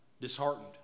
disheartened